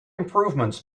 improvements